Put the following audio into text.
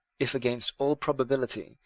if, against all probability,